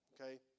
Okay